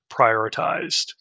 prioritized